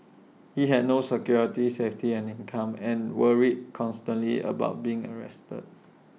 he had no security safety and income and worried constantly about being arrested